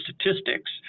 Statistics